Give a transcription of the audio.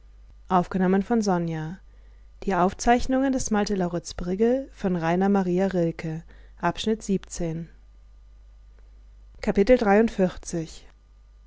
die aufzeichnungen des malte